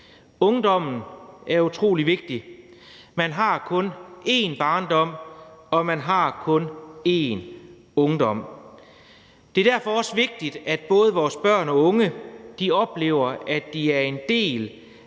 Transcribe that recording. Ungdommen er utrolig vigtig. Man har kun én barndom, og man har kun én ungdom. Det er derfor også vigtigt, at både vores børn og unge oplever, at de er en del